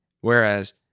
Whereas